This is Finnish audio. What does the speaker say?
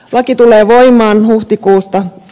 laki tulee voimaan huhtikuusta